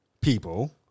people